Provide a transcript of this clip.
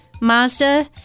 Mazda